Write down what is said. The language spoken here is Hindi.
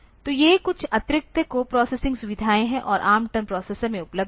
तो ये कुछ अतिरिक्त कोप्रोसेसिंग सुविधाएं हैं और ARM10 प्रोसेसर में उपलब्ध हैं